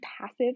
passive